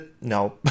No